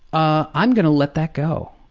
ah i'm going to let that go.